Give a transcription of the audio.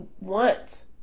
want